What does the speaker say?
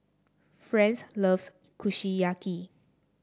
Frances loves Kushiyaki